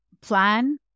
plan